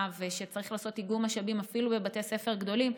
ושצריך לעשות איגום משאבים אפילו בבתי ספר גדולים.